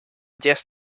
gest